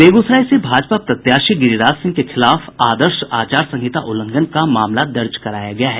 बेगूसराय से भाजपा प्रत्याशी गिरिराज सिंह के खिलाफ आदर्श आचार संहिता उल्लंघन का मामला दर्ज कराया गया है